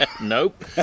Nope